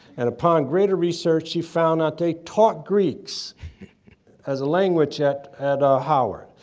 and upon greater research, she found out they taught greece as a language at at ah howard.